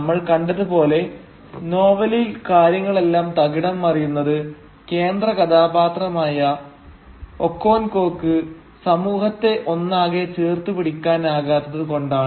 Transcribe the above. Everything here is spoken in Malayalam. നമ്മൾ കണ്ടത് പോലെ നോവലിൽ കാര്യങ്ങളെല്ലാം തകിടം മറിയുന്നത് കേന്ദ്ര കഥാപാത്രമായ ഒകൊങ്കോക്ക് സമൂഹത്തെ ഒന്നാകെ ചേർത്തുപിടിക്കാൻ ആകാത്തത് കൊണ്ടാണ്